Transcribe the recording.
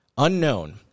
unknown